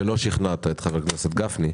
שלא שכנעת את חבר הכנסת גפני.